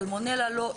סלמונלה לא,